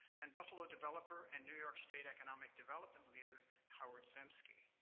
and buffalo developer and new york state economic development leader, howard zemsky.